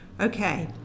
Okay